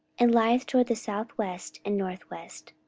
and lieth toward the south west and north west.